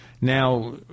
Now